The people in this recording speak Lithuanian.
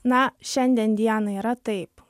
na šiandien dienai yra taip